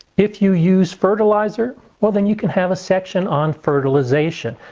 if you use fertilizer well then you can have a section on fertilization.